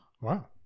Wow